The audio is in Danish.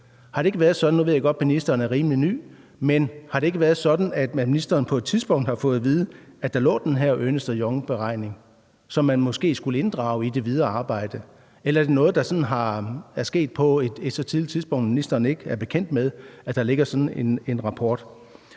har det ikke været sådan, at ministeren på et tidspunkt har fået at vide, at der lå den her Ernst & Young-beregning, som man måske skulle inddrage i det videre arbejde? Eller er det sådan noget, der er sket på et så tidligt tidspunkt, at ministeren ikke er bekendt med, at der ligger sådan en rapport?